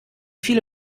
viele